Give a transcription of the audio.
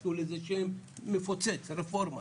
ועשו לזה שום מפוצץ - רפורמה